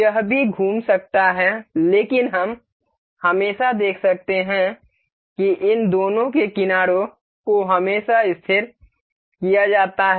यह भी घूम सकता है लेकिन हम हमेशा देख सकते हैं कि इन दोनों के किनारों को हमेशा स्थिर किया जाता है